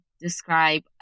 describe